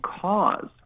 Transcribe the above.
cause